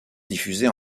diffusées